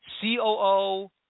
COO